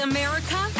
America